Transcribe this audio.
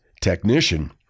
technician